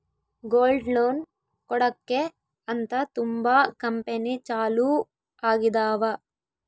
gold loan ಕೊಡಕ್ಕೆ ಅಂತ ತುಂಬಾ ಕಂಪೆನಿ ಚಾಲೂ ಆಗಿದಾವ